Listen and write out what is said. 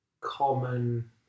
common